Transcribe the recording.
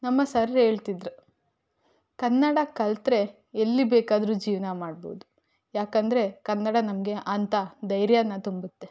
ನಮ್ಮ ಸರ್ ಹೇಳ್ತಿದ್ದರು ಕನ್ನಡ ಕಲ್ತ್ರೆ ಎಲ್ಲಿ ಬೇಕಾದರೂ ಜೀವನ ಮಾಡ್ಬೋದು ಯಾಕಂದರೆ ಕನ್ನಡ ನಮಗೆ ಅಂಥ ಧೈರ್ಯಾನ ತುಂಬತ್ತೆ